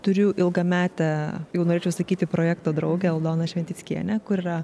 turiu ilgametę jau norėčiau sakyti projekto draugę aldoną šventickienę kuri yra